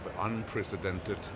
unprecedented